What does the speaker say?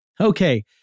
Okay